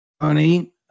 Honey